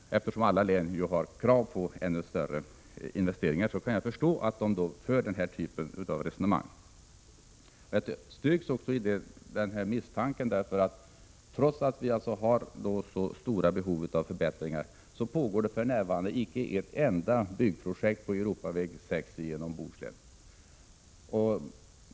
Eftersom alla län har krav på ännu större investeringar kan jag förstå att denna typ av resonemang förs. Min misstanke styrks också av det faktum att inte ett enda byggprojekt pågår på Europaväg 6 genom Bohuslän trots att behoven av förbättringar är så stora.